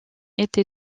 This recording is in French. été